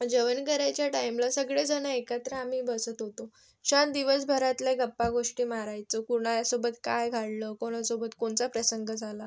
जेवण करायच्या टाईमला सगळेजणं एकत्र आम्ही बसत होतो छान दिवसभरातल्या गप्पागोष्टी मारायचो कोणासोबत काय काढलं कोणासोबत कोणचा प्रसंग झाला